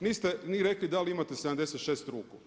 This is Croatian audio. Niste ni rekli da li imate 76 ruku.